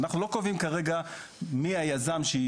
אנחנו לא קובעים כרגע מי היזם,